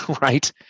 right